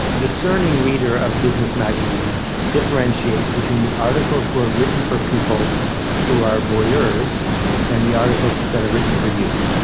discerning reader of business magazines differentiates between the articles that are written for people who are voyeurs and the articles that are written for you.